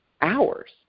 hours